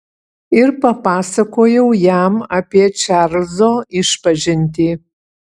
ir papasakojau jam apie čarlzo išpažintį